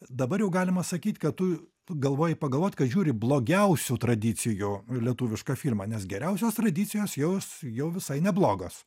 dabar jau galima sakyt kad tu galvoji pagalvot kad žiūri blogiausių tradicijų lietuvišką filmą nes geriausios tradicijos jos jau visai neblogos